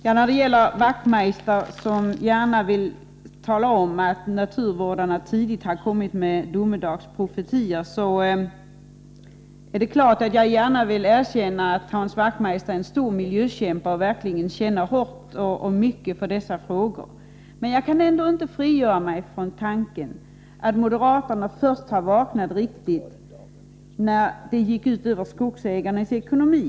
Hans Wachtmeister vill gärna tala om att naturvårdarna tidigt kom med domedagsprofetior. Jag erkänner gärna att han är en stor miljökämpe, som känner hårt och varmt för dessa frågor. Men jag kan ändå inte frigöra mig från att moderaterna vaknade sent riktigt, först när försurningen gick ut över skogsägarnas ekonomi.